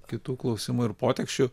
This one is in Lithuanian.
kitų klausimų ir poteksčių